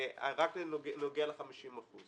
רק בנוגע ל-50%.